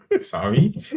Sorry